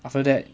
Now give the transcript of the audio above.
after that